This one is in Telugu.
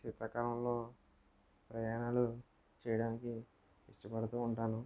శీతాకాలంలో ప్రయాణాలు చేయడానికి ఇష్టపడుతూ ఉంటాను